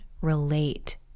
relate